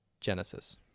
genesis